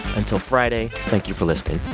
until friday, thank you for listening.